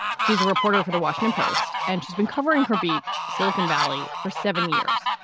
she's a reporter for the washington post and she's been covering her beat silicon valley for seven years.